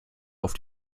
auf